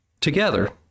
together